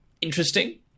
interesting